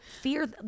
fear